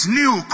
new